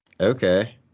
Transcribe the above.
Okay